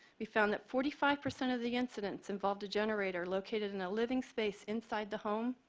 we found that forty five percent of the incidents involved a generator located in the living space inside the home,